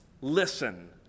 listen